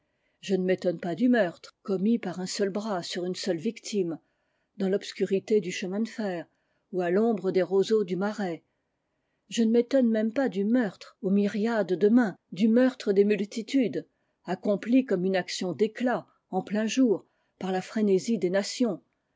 je ne m'étonne pas du meurtre commis par un seul bras sur une seule victime dans l'obscurité du chemin de fer ou à l'ombre des roseaux du marais je ne m'étonne même pas du meurtre aux myriades de mains du meurtre des multitudes accompli comme une action d'éclat en plein jour par la frénésie des nations